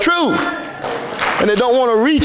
truth and they don't want to rea